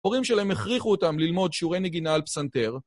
הורים שלהם הכריחו אותם ללמוד שיעורי נגינה על פסנתר.